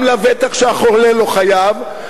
גם לבטח כשהחולה לא חייב,